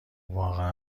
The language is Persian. واقعا